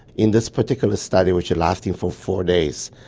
in this particular study, which ah lasted for four days,